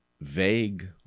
vague